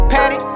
Patty